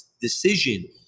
decision